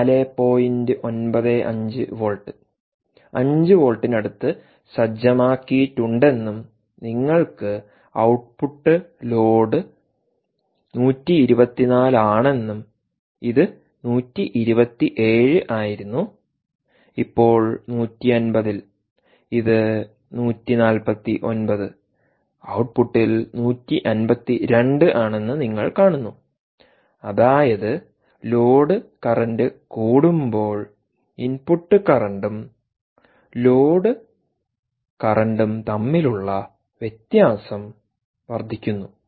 95 volt 5 വോൾട്ടിനടുത്ത് സജ്ജമാക്കിയിട്ടുണ്ടെന്നും നിങ്ങൾക്ക് ഔട്ട്പുട്ട് ലോഡ് 124 ആണെന്നും ഇത് 127 ആയിരുന്നു ഇപ്പോൾ 150 ൽ ഇത് 149 ഔട്ട്പുട്ടിൽ 152 ആണെന്ന് നിങ്ങൾ കാണുന്നു അതായത് ലോഡ് കറന്റ് കൂടുമ്പോൾ ഇൻപുട്ട് കറന്റും ലോഡ്കറന്റും തമ്മിലുള്ള വ്യത്യാസം വർദ്ധിക്കുന്നു